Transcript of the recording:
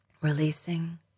releasing